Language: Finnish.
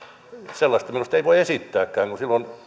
sellaista minusta ei voi esittääkään silloin